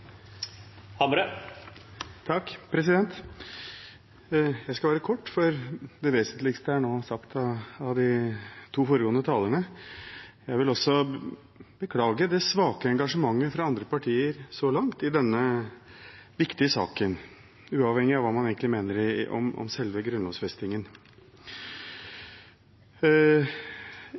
nå sagt av de to foregående talerne. Jeg vil også beklage det svake engasjementet fra andre partier så langt i denne viktige saken, uavhengig av hva man egentlig mener om selve grunnlovfestingen. Jeg vil naturligvis på det sterkeste støtte forslaget om